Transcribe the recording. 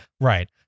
Right